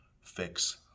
Fix